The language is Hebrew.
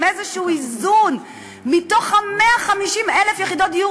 איזון כלשהו, מתוך 150,000 יחידות הדיור